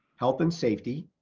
health and safety,